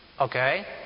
Okay